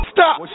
Stop